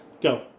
Go